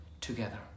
together